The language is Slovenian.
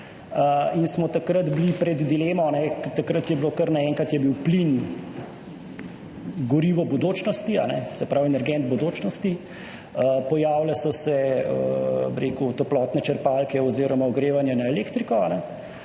in smo bili takrat pred dilemo, takrat je bilo, kar naenkrat je bil plin gorivo bodočnosti, se pravi energent bodočnosti, pojavile so se toplotne črpalke oziroma ogrevanje na elektriko